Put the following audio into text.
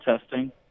testing